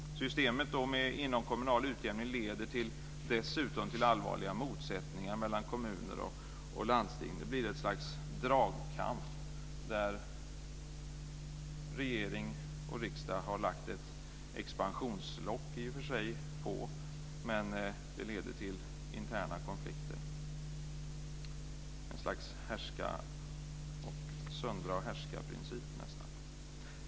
Systemet med inomkommunal utjämning leder dessutom till allvarliga motsättningar mellan kommuner och landsting. Det blir ett slags dragkamp där regering och riksdag i och för sig har lagt ett expansionslock på, men det leder till interna konflikter, nästan ett slags söndra-ochhärska-princip.